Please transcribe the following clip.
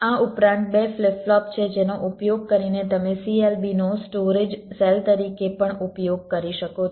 આ ઉપરાંત બે ફ્લિપ ફ્લોપ છે જેનો ઉપયોગ કરીને તમે CLB નો સ્ટોરેજ સેલ તરીકે પણ ઉપયોગ કરી શકો છો